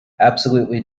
absolutely